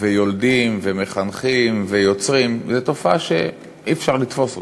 ויולדים ומחנכים ויוצרים זו תופעה שאי-אפשר לתפוס אותה.